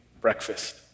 breakfast